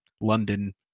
London